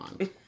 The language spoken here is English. on